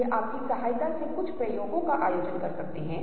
तो आप देखते हैं कि दो प्रकार के देखने में एक दूसरे के साथ संघर्ष होता है